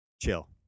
chill